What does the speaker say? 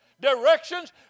directions